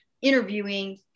interviewing